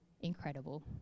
incredible